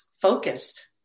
focused